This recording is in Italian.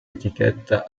etichetta